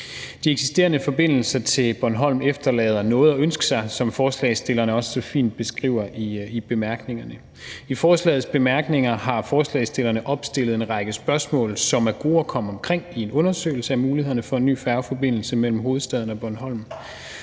De eksisterende forbindelser til Bornholm lader noget tilbage at ønske, som forslagsstillerne også så fint beskriver i bemærkningerne. I forslagets bemærkninger har forslagsstillerne opstillet en række spørgmål, som er gode at komme omkring i en undersøgelse af mulighederne for en ny færgeforbindelse mellem hovedstaden og Bornholm.